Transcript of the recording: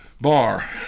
bar